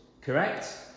correct